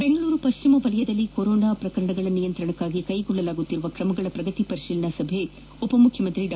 ಬೆಂಗಳೂರು ಪಶ್ಚಿಮ ವಲಯದಲ್ಲಿ ಕೋರೋನಾ ನಿಯಂತ್ರಣಕ್ಕಾಗಿ ಕೈಗೊಳ್ಳಲಾಗುತ್ತಿರುವ ಕ್ರಮಗಳ ಪ್ರಗತಿ ಪರಿಶೀಲನಾ ಸಭೆ ಉಪಮುಖ್ಯಮಂತ್ರಿ ಡಾ